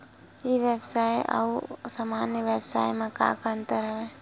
ई व्यवसाय आऊ सामान्य व्यवसाय म का का अंतर हवय?